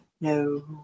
No